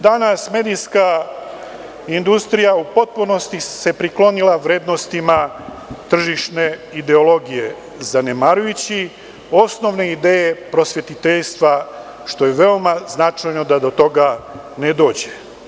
Danas medijska industrija u potpunosti se priklonila vrednostima tržišne ideologije zanemarujući osnovne ideje prosvetiteljstva što je veoma značajno da do toga ne dođe.